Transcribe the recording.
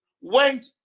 went